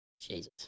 Jesus